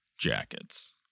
jackets